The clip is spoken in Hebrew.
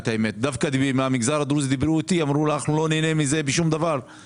דווקא מהמגזר הדרוזי דיברו איתי ואמרו שהם לא ייהנו מזה כי הרי